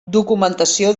documentació